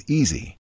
easy